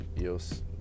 EOS